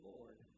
Lord